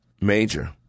Major